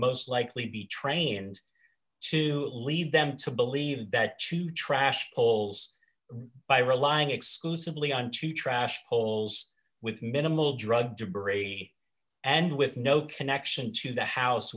most likely be trained to lead them to believe that to trash holes by relying exclusively on cheap trash holes with minimal drug debris and with no connection to the house